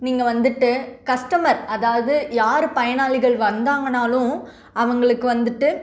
நீங்கள் வந்துவிட்டு கஸ்டமர் அதாவது யார் பயனாளிகள் வந்தாங்கனாலும் அவங்களுக்கு வந்துவிட்டு